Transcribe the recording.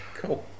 cool